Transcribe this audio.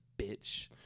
bitch